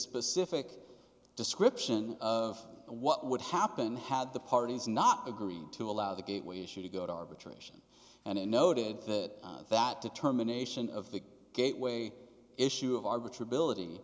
specific description of what would happen had the parties not agreed to allow the gateway issue to go to arbitration and it noted that that determination of the gateway issue of arbiter ability